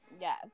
Yes